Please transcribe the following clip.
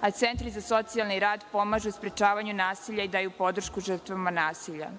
a centri za socijalni rad pomažu u sprečavanju nasilja i daju podršku žrtvama nasilja.